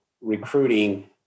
recruiting